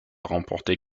remporter